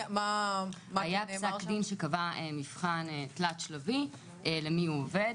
היה פסק דין שקבע מבחן תלת-שלבי של מיהו עובד,